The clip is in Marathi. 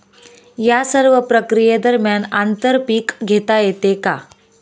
या सर्व प्रक्रिये दरम्यान आंतर पीक घेता येते का?